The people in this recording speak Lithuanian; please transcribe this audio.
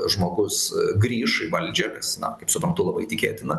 žmogus grįš į valdžią kas na kaip suprantu labai tikėtina